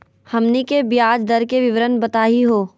हमनी के ब्याज दर के विवरण बताही हो?